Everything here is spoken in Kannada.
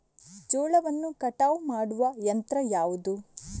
ಜೋಳವನ್ನು ಕಟಾವು ಮಾಡುವ ಯಂತ್ರ ಯಾವುದು?